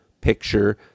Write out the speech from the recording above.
picture